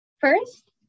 First